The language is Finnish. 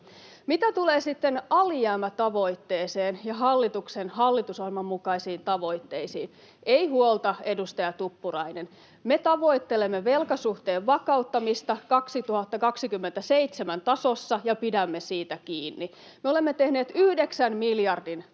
Mitä tulee sitten alijäämätavoitteeseen ja hallituksen hallitusohjelman mukaisiin tavoitteisiin: Ei huolta, edustaja Tuppurainen, me tavoittelemme velkasuhteen vakauttamista vuoden 2027 tasossa ja pidämme siitä kiinni. Me olemme tehneet 9 miljardin toimet